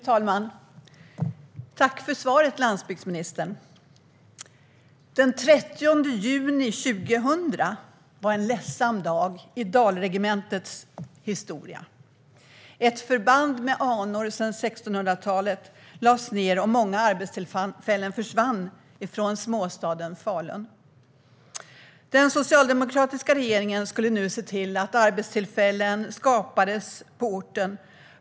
Fru talman! Tack för svaret, landsbygdsministern! Den 30 juni 2000 var en ledsam dag i dalregementets historia. Ett förband med anor från 1600-talet lades ned, och många arbetstillfällen försvann från småstaden Falun. Den socialdemokratiska regeringen skulle då se till att arbetstillfällen skapades på orten.